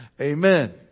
Amen